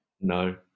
no